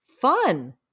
fun